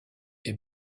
est